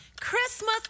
Christmas